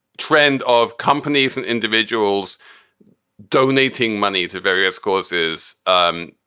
trend of companies and individuals donating money to various causes. um